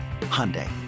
Hyundai